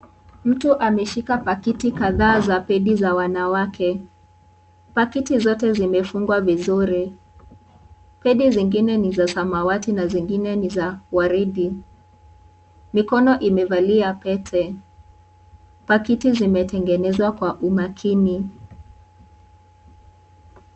Mtu ameshika pakiti kadhaa za hedhi za wanawake. Pakiti zote zimefungwa vizuri. Hedhi zingine ni za samawati na zingine ni za waridi. Mikono imevalia pete. Pakiti zimetengenezwa kwa umakini.